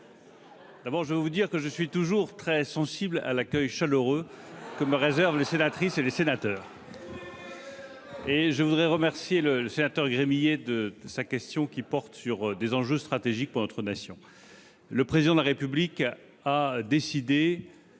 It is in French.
D'abord, je tiens à dire que je suis toujours très sensible à l'accueil chaleureux que me réservent les sénatrices et les sénateurs. Je remercie le sénateur Gremillet de sa question, qui porte sur des enjeux stratégiques pour notre nation. Le Président de la République a décidé